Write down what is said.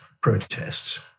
protests